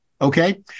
Okay